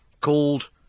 called